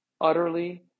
utterly